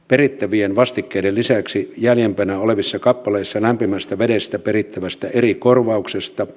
perittävien vastikkeiden lisäksi jäljempänä olevissa kappaleissa lämpimästä vedestä perittävä eri korvaus